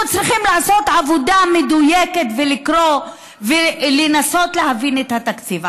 צריכים לעשות עבודה מדויקת ולקרוא ולנסות להבין את התקציב?